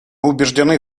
убеждены